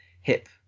hip